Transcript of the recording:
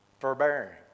Forbearing